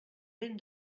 ben